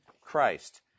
Christ